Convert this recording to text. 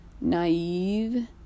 naive